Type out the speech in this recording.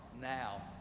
now